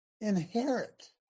inherit